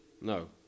No